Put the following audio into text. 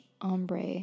ombre